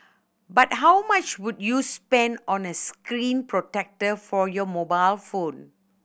but how much would you spend on a screen protector for your mobile phone